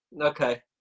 Okay